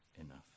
enough